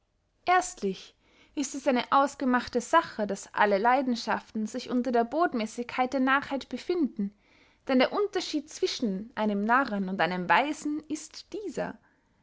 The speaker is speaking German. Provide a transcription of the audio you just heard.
erstlich ist es eine ausgemachte sache daß alle leidenschaften sich unter der botmäßigkeit der narrheit befinden denn der unterschied zwischen einem narren und einem weisen ist dieser